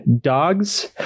Dogs